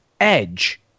Edge